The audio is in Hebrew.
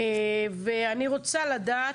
ואני רוצה לדעת: